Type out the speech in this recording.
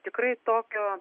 tikrai tokio